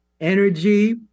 energy